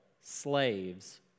slaves